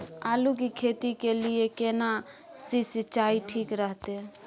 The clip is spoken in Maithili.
आलू की खेती के लिये केना सी सिंचाई ठीक रहतै?